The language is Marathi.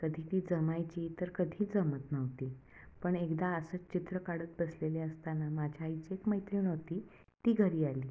कधी ती जमायची तर कधी जमत नव्हती पण एकदा असंच चित्र काढत बसलेले असताना माझ्या आईची एक मैत्रीण होती ती घरी आली